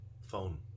phone